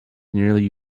nearly